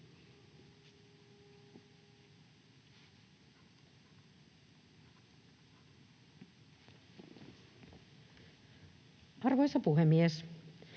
Arvoisa puhemies!